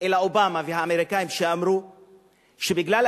אלא אובמה והאמריקנים שאמרו שהדיבורים